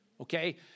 okay